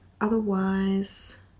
Otherwise